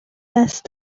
last